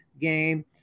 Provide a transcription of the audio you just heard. game